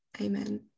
amen